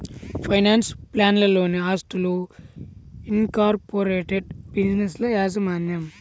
pension ప్లాన్లలోని ఆస్తులు, incorporated బిజినెస్ల యాజమాన్యం